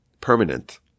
permanent